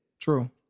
True